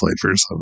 flavors